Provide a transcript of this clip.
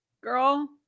Girl